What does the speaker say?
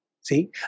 See